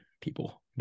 people